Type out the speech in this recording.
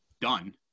done